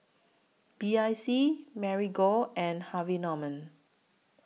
B I C Marigold and Harvey Norman